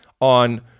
on